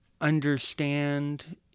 understand